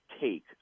take